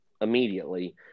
immediately